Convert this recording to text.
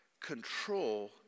control